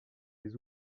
des